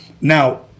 now